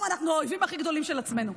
אנחנו האויבים הכי גדולים של עצמנו.